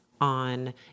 on